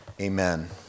Amen